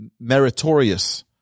meritorious